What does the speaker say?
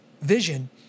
vision